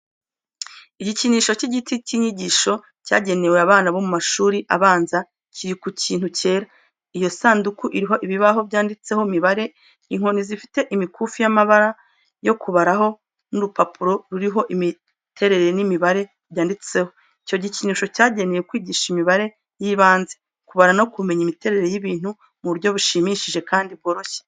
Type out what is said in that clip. Igikinisho cy'igiti cy'inyigisho cyagenewe abana bo mu mashuri abanza kiri ku kintu cyera. Iyo sanduku iriho ibibaho byanditseho imibare, inkoni zifite imikufi y'amabara yo kubaraho n'urupapuro ruriho imiterere n'imibare byanditseho. Icyo gikinisho cyagenewe kwigisha imibare y'ibanze, kubara no kumenya imiterere y'ibintu mu buryo bushimishije kandi bworoshye.